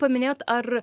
paminėjot ar